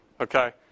Okay